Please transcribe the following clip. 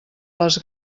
les